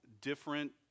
different